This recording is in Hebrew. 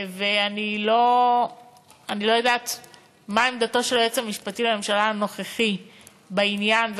אני לא יודעת מה עמדת היועץ המשפטי לממשלה הנוכחי בעניין,